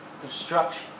destruction